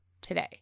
today